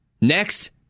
Next